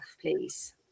please